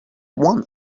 one